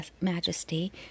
majesty